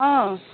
অ